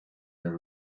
the